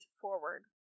forward